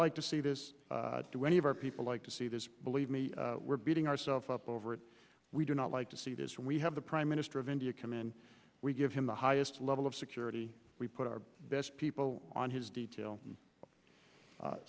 like to see this do any of our people like to see this believe me we're beating ourselves up over it we do not like to see this when we have the prime minister of india come in we give him the highest level of security we put our best people on his detail